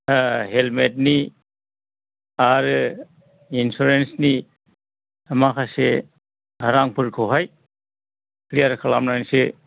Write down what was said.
helmet नि आरो insurance नि माखासे रांफोरखौहाय क्लियार खालामनानैसो